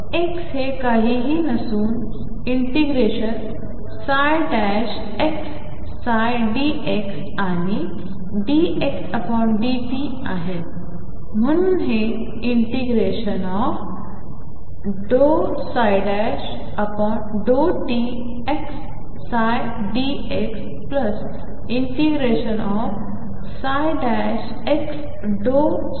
⟨x⟩ हे काहीही नसून∫xψdx आणि ddt⟨x⟩ आहे म्हणून हे ∫∫ ∂ψ∂t xψ dx∫ x∂ψ∂t dx असणार आहे